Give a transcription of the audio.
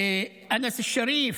לאנאס א-שריף,